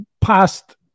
past